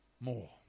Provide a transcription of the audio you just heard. more